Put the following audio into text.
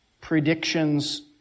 predictions